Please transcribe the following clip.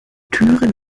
türen